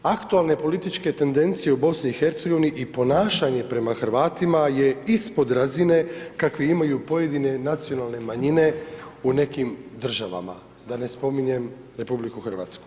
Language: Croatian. Aktualne političke tendencije u BiH i ponašanje prema Hrvatima je ispod razine kakve imaju pojedine nacionalne manjine u nekim državama, da ne spominjem RH.